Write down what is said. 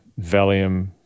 Valium